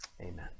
Amen